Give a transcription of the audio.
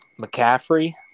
McCaffrey